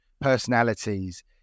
personalities